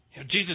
Jesus